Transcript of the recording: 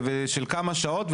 פגישה של כמה שעות,